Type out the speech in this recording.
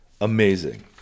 amazing